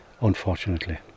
unfortunately